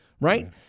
Right